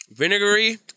Vinegary